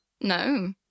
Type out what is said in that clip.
No